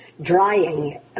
drying